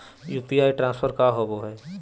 UPI transfer का होव हई?